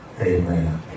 Amen